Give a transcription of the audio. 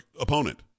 opponent